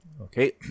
Okay